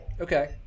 Okay